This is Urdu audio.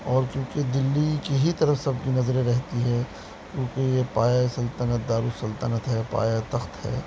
اور کیونکہ دلی کی ہی طرف سب کی نظریں رہتی ہے کیونکہ یہ پایۂ سلطنت دار السلطنت ہے پایۂ تخت ہے